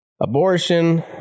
Abortion